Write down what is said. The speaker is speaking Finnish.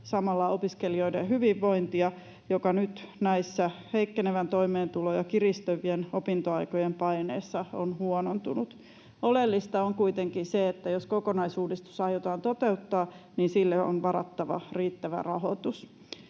samalla opiskelijoiden hyvinvointia, joka nyt näissä heikkenevän toimeentulon ja kiristyvien opintoaikojen paineissa on huonontunut. Oleellista on kuitenkin se, että jos kokonaisuudistus aiotaan toteuttaa, niin sille on varattava riittävä rahoitus.